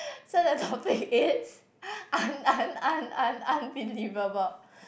so the topic is un~ un~ un~ un~ unbelievable